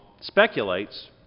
speculates